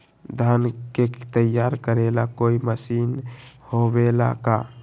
धान के तैयार करेला कोई मशीन होबेला का?